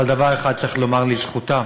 אבל דבר אחד צריך לומר לזכותם: